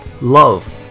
love